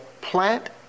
plant